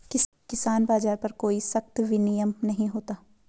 किसान बाज़ार पर कोई सख्त विनियम नहीं होता